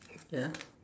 yeah